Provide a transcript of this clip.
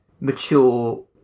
mature